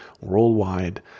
worldwide